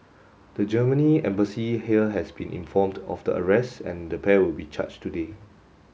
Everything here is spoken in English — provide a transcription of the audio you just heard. the Germany Embassy here has been informed of the arrests and the pair would be charged today